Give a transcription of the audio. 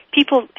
people